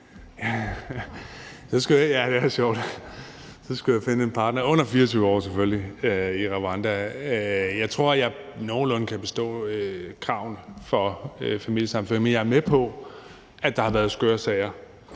Dybvad Bek): Så skulle jeg finde en partner under 24 år, selvfølgelig, i Rwanda. Jeg tror, jeg nogenlunde kan bestå kravene for familiesammenføring, men jeg er med på, at der har været skøre sager.